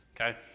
Okay